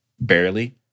barely